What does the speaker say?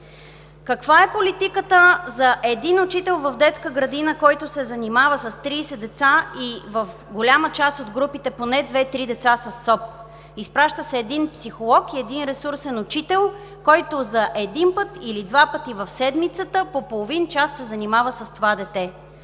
Каква е политиката за един учител в детска градина, който се занимава с 30 деца, и в голяма част от групите поне две-три деца са със СОП? Изпраща се един психолог и един ресурсен учител, който за един или два пъти в седмицата по половин час се занимава с това дете,